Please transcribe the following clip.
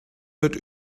wird